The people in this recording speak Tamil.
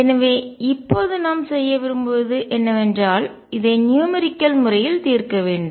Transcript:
எனவே இப்போது நாம் செய்ய விரும்புவது என்னவென்றால் இதை நியூமெரிக்கல்எண்ணியல் முறையில் தீர்க்க வேண்டும்